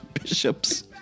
bishops